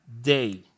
day